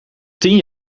tien